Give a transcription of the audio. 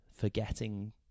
forgetting